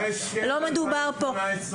לא מדובר פה --- היה הסכם ב-2018,